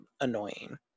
annoying